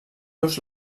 los